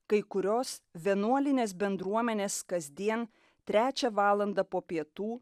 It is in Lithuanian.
kai kurios vienuolinės bendruomenės kasdien trečią valandą po pietų